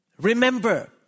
remember